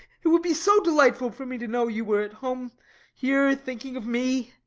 it would be so delightful for me to know you were at home here thinking of me!